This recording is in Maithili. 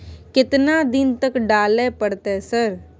केतना दिन तक डालय परतै सर?